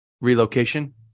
Relocation